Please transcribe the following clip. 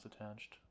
attached